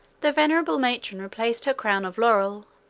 the venerable matron replaced her crown of laurel,